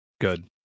good